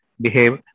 behave